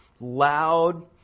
loud